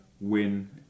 win